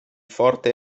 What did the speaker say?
forte